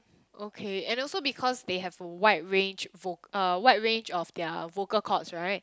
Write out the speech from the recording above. okay and also because they have a wide range voc~ uh wide range of their vocal cords right